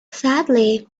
sadly